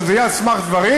שזה יהיה על סמך דברים,